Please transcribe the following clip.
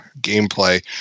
gameplay